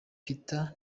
peter